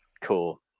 cool